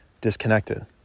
disconnected